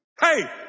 hey